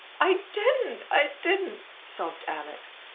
i didn't, i didn't, sobbed alex.